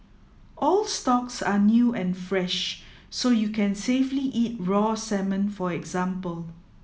all stocks are new and fresh so you can safely eat raw salmon for example